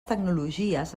tecnologies